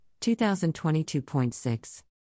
2022.6